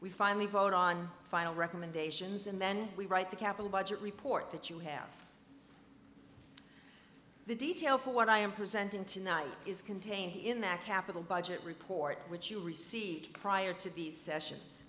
we finally vote on final recommendations and then we write the capitol budget report that you have the detail for what i am presenting tonight is contained in that capital budget report which you received prior to the sessions